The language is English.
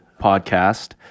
podcast